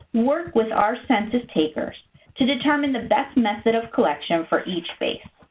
work with our census takers to determine the best method of collection for each base.